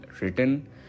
written